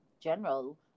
general